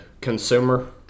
consumer